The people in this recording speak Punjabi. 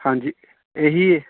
ਹਾਂਜੀ ਇਹ ਹੀ